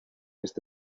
este